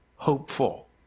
Hopeful